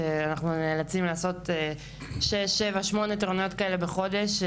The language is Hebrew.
כשאנחנו נאלצים לעשות שש או שבע או שמונה תורנויות כאלה בחודש.